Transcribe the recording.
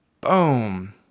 boom